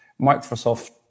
Microsoft